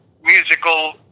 musical